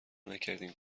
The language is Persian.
نکردین